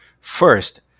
First